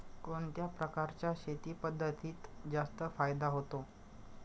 कोणत्या प्रकारच्या शेती पद्धतीत जास्त फायदा होतो?